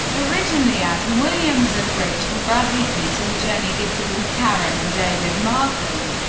originally adam williams and rachel bradley, pete and jenny gifford and karen and david marsden.